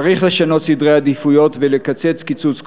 צריך לשנות סדרי עדיפויות ולקצץ קיצוץ כואב,